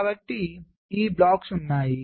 కాబట్టి ఈ బ్లాక్స్ ఉన్నాయి